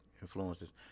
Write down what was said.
influences